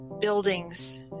buildings